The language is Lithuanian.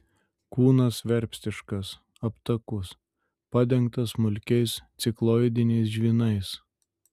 kūnas verpstiškas aptakus padengtas smulkiais cikloidiniais žvynais